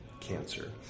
cancer